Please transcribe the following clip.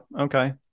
Okay